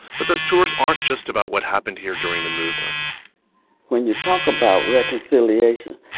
but those tours aren't just about what happened here during the movement when you talk about reconciliation,